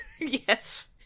Yes